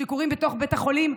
שקורים בתוך בית החולים,